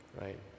right